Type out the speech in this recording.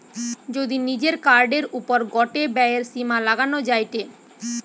যদি নিজের কার্ডের ওপর গটে ব্যয়ের সীমা লাগানো যায়টে